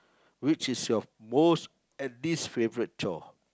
which is your most and least favourite chore